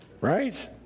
Right